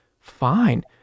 fine